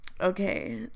Okay